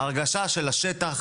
ההרגשה של השטח,